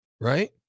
Right